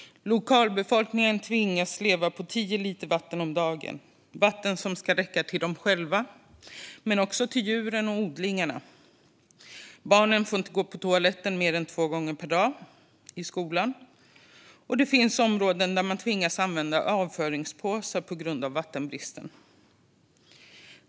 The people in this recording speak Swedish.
Lokalbefolkningen tvingas leva på tio liter vatten om dagen. Det är vatten som ska räcka till dem själva men också till djuren och odlingarna. Barnen får inte gå på toaletten mer än två gånger per dag i skolorna, och det finns områden där man tvingas använda avföringspåsar på grund av vattenbristen.